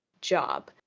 job